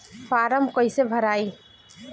Form कईसे भराई?